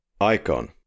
icon